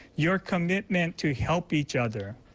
your commitment to help each other.